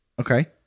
Okay